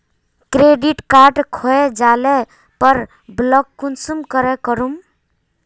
Credit card खोये जाले पर ब्लॉक कुंसम करे करूम?